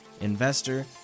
investor